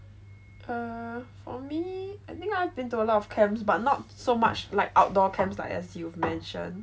or for me I think I've been to a lot of camps but not so much like outdoor camps like as you mention